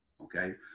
okay